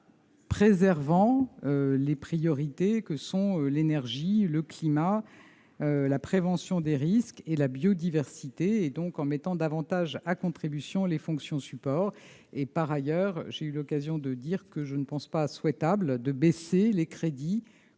en préservant nos priorités- l'énergie, le climat, la prévention des risques et la biodiversité -et nous mettons davantage à contribution les fonctions support. Par ailleurs, j'ai eu l'occasion de dire que je ne pense pas souhaitable de baisser les crédits